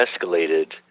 escalated